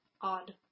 odd